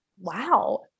wow